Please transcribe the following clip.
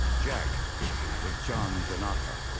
jack was john denofa,